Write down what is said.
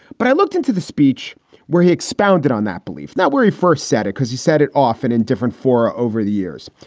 but i looked into the speech where he expounded on that belief. now, where he first said it because he said it often in different for over the years.